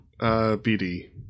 BD